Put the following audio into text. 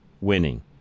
winning